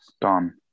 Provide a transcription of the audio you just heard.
Done